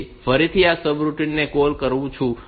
તેથી ફરીથી હું આ રૂટિન ને કૉલ કરું છું